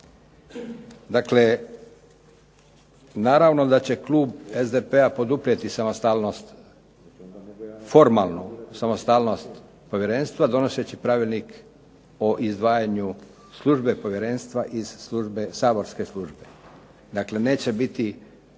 Dakle, naravno da će klub SDP-a poduprijeti samostalnost, formalnu samostalnost povjerenstva donoseći Pravilnik o izdvajanju službe povjerenstva iz saborske službe. Dakle, neće biti